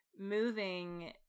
Moving